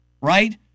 right